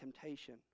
temptation